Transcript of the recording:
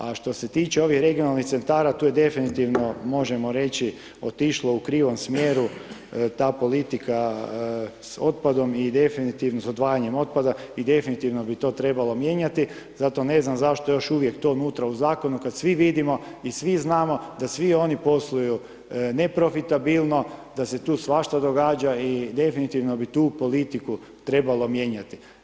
A što se tiče ovih regionalnih centara, tu je definitivno, možemo reći, otišlo u krivom smjeru ta politika s otpadom, s odvajanjem otpada i definitivno bi to trebalo mijenjati, zato ne znam zašto je još uvijek to unutra u zakonu, kad svi vidimo i svi znamo da svi oni posluju neprofitabilno, da se tu svašta događa i definitivno bi tu politiku trebalo mijenjati.